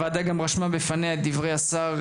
ולסיכום: א׳: הוועדה רשמה בפניה את דברי השר,